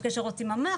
יש כאלה שרוצים ממ"ח,